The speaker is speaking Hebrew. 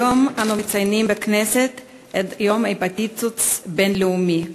היום אנו מציינים בכנסת את יום ההפטיטיס הבין-לאומי,